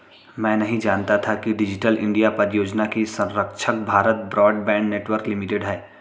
मैं नहीं जानता था कि डिजिटल इंडिया परियोजना की संरक्षक भारत ब्रॉडबैंड नेटवर्क लिमिटेड है